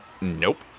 Nope